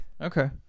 Okay